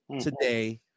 today